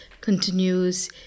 continues